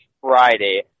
Friday